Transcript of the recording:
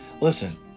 listen